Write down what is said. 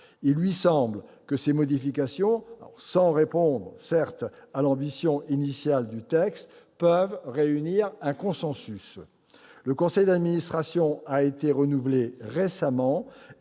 Il lui semble que ces modifications, sans répondre à l'ambition initiale du texte, peuvent réunir un consensus. Le conseil d'administration a été renouvelé récemment